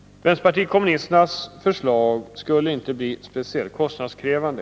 Vpk:s förslag kommer inte att bli speciellt kostnadskrävande.